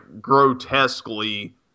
grotesquely